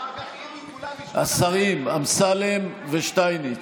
השרים אמסלם ושטייניץ,